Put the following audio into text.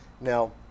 Now